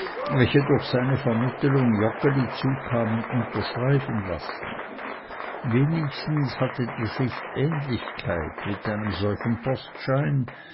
welche durch seine vermittelung joggeli zukamen unterschreiben lassen wenigstens hatte die schrift ähnlichkeit mit einem solchen